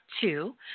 two